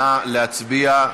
נא להצביע.